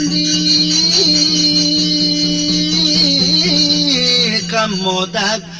e like um la